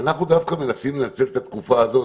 אנחנו דווקא מנסים לנצל את התקופה הזאת,